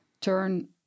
turn